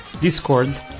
discord